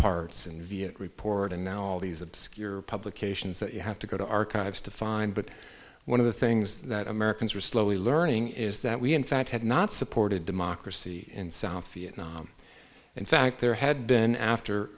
ramparts and viet report and now all these obscure publications that you have to go to archives to find but one of the things that americans are slowly learning is that we in fact had not supported democracy in south vietnam in fact there had been after